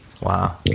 Wow